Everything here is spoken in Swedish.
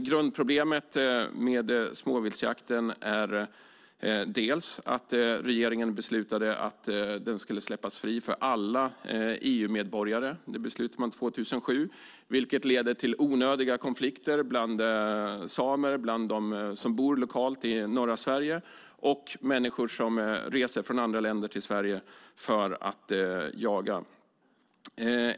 Grundproblemet med småviltsjakten är att regeringen 2007 beslutade att den skulle släppas fri för alla EU-medborgare, vilket leder till onödiga konflikter bland samer, lokalt bland dem som bor i norra Sverige och bland människor som reser från andra länder till Sverige för att jaga.